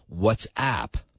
WhatsApp